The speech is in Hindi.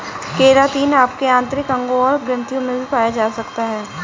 केरातिन आपके आंतरिक अंगों और ग्रंथियों में भी पाया जा सकता है